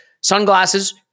sunglasses